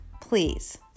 Please